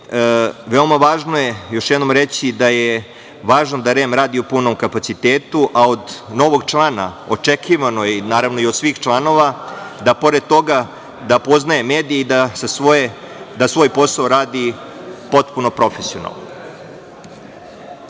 veoma važno je još jednom reći da je važno da REM radi u punom kapacitetu. Od novog člana očekivanoj, naravno i od svih članova da pored toga da poznaje medije i da svoj posao radi potpuno profesionalno. Na